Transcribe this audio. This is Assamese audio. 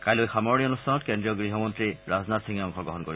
কাইলৈ সামৰণি অনুষ্ঠানত কেন্দ্ৰীয় গৃহমন্ত্ৰী ৰাজনাথ সিঙে অংশগ্ৰহণ কৰিব